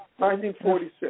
1946